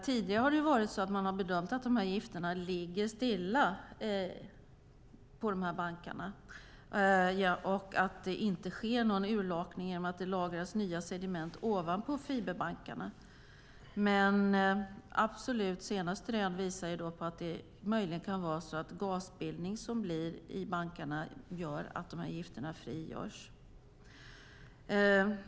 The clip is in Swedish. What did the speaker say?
Tidigare har man bedömt att de här gifterna ligger stilla på bankarna och att det inte sker någon urlakning i och med att det lagras nya sediment ovanpå fiberbankarna. Men de absolut senaste rönen visar att det möjligen kan vara så att gasbildning som uppstår i bankarna gör att gifterna frigörs.